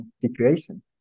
situation